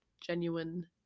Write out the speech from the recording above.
genuine